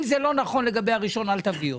אם זה לא נכון לגבי הראשון, אל תביא אותו,